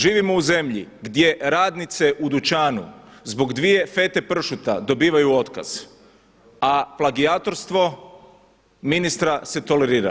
Živimo u zemlji gdje radnice u dućanu zbog dvije fete pršuta dobijaju otkaz, a plagijatorstvo se tolerira.